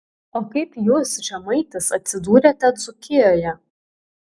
o kaip jūs žemaitis atsidūrėte dzūkijoje